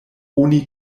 oni